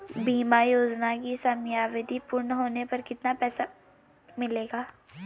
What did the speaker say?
बीमा योजना की समयावधि पूर्ण होने पर कितना पैसा मिलेगा?